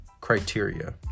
criteria